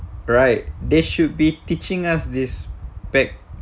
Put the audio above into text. right they should be teaching us this pack